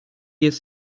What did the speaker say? jest